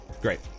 Great